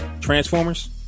Transformers